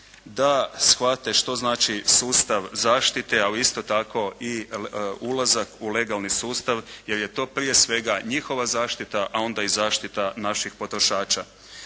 da shvate što znači sustav zaštite, ali isto tako i ulazak u legalni sustav jer je to prije svega njihova zaštita, a onda i zaštita naših potrošača.